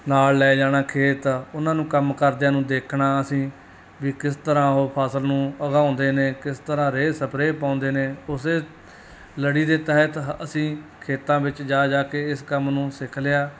ਨਾਲ ਲੈ ਜਾਣਾ ਖੇਤ ਉਹਨਾਂ ਨੂੰ ਕੰਮ ਕਰਦਿਆਂ ਨੂੰ ਦੇਖਣਾ ਅਸੀਂ ਵੀ ਕਿਸ ਤਰ੍ਹਾਂ ਉਹ ਫਸਲ ਨੂੰ ਉਗਾਉਂਦੇ ਨੇ ਕਿਸ ਤਰ੍ਹਾਂ ਰੇਹ ਸਪਰੇਅ ਪਾਉਂਦੇ ਨੇ ਉਸੇ ਲੜੀ ਦੇ ਤਹਿਤ ਅਸੀਂ ਖੇਤਾਂ ਵਿੱਚ ਜਾ ਜਾ ਕੇ ਇਸ ਕੰਮ ਨੂੰ ਸਿੱਖ ਲਿਆ